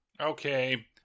Okay